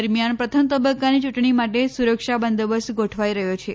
દરમિયાન પ્રથમ તબક્કાની યૂંટણી માટે સુરક્ષા બંદોબસ્ત ગોઠવાઈ રહ્યો છે